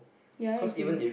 ya I agree